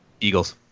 Eagles